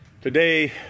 Today